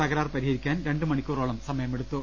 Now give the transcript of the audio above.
തുകരാർ പരിഹരിക്കാൻ രണ്ട് മണിക്കൂറോളം സമയമെടുത്തു